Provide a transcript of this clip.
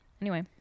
Anyway-